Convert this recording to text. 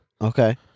okay